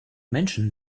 menschen